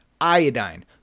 iodine